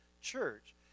church